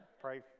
pray